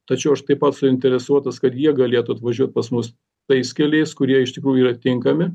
tačiau aš taip pat suinteresuotas kad jie galėtų atvažiuot pas mus tais keliais kurie iš tikrųjų yra tinkami